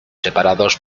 separados